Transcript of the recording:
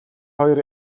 хоёр